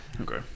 okay